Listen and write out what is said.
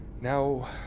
now